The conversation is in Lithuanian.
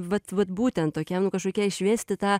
vat vat būtent tokią nu kažkokią išvesti tą